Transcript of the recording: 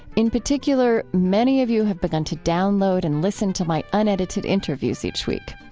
in particular, many of you have begun to download and listen to my unedited interviews each week.